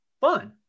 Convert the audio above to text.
fun